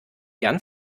gern